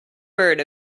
bird